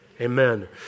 amen